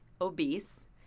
obese-